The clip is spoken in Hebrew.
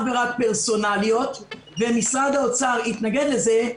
ורק פרסונליות ומשרד האוצר התנגד לזה,